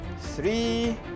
three